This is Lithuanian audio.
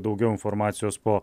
daugiau informacijos po